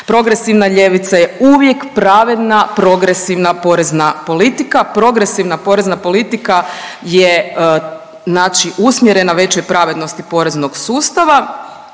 progresivna ljevica je uvijek pravedna, progresivna porezna politika. Progresivna porezna politika je, znači usmjerena većoj pravednosti poreznog sustava.